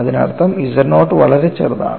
അതിനർത്ഥം z note വളരെ ചെറുതാണ്